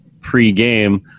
pre-game